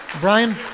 Brian